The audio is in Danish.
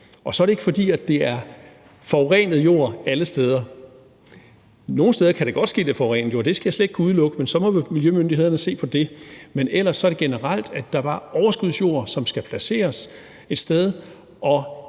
Og så er det ikke sådan, at det er forurenet jord alle steder. Nogle steder kan det godt ske, at det er forurenet jord. Det skal jeg slet ikke kunne udelukke, men så må miljømyndighederne se på det. Ellers er det generelt sådan, at der er overskudsjord, der skal placeres et sted, og